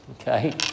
Okay